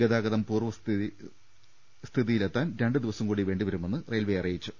ഗതാഗതം പൂർവ്വസ്ഥിതിയിലാകാൻ രണ്ട് ദിവസം വേണ്ടിവരു മെന്ന് റെയിൽവേ അറിയിച്ചു